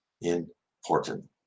important